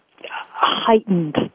heightened